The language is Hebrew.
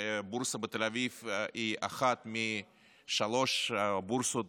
הבורסה בתל אביב היא אחת משלוש הבורסות